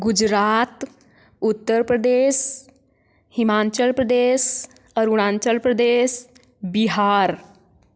Gujarat Uttar Pradesh Himachal Pradesh Arunachal Pradesh Bihar